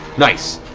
nice.